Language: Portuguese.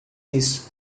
isso